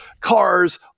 cars